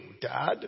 Dad